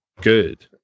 good